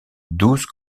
douze